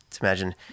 imagine